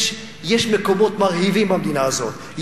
יש מקומות מרהיבים במדינה הזאת,